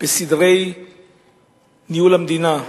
בסדרי ניהול המדינה,